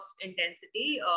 intensity